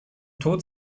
tod